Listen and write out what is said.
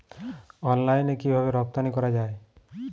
অনলাইনে কিভাবে রপ্তানি করা যায়?